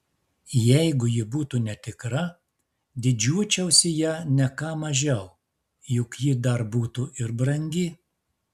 jeigu ji būtų netikra didžiuočiausi ja ne ką mažiau juk ji dar būtų ir brangi